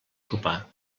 sopar